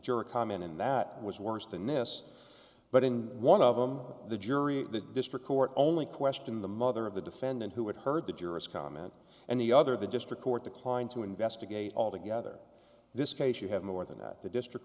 jury common and that was worse than this but in one of them the jury the district court only question the mother of the defendant who had heard the jurors comment and the other the district court declined to investigate altogether this case you have more than that the district